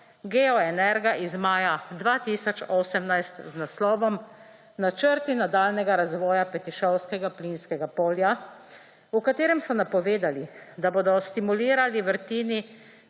Geoenerga iz maja 2018 z naslovom »Načrti nadaljnjega razvoja Petišovskega plinskega polja«, v katerem so napovedali, da bodo stimulirali vrtini